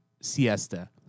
siesta